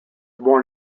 born